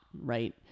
right